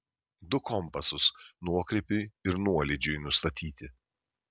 du kompasus nuokrypiui ir nuolydžiui nustatyti